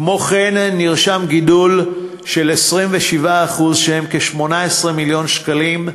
כמו כן נרשם גידול של 27%, שהם כ-18 מיליון שקלים,